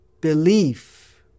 belief